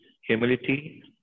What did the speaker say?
humility